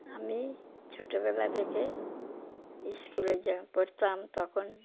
আমি ছোটবেলা থেকে স্কুলে যে পড়তাম তখন